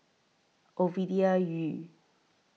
Ovidia Yu